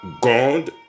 God